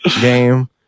game